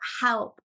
help